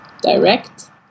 direct